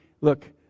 Look